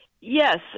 Yes